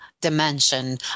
dimension